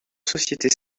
sociétés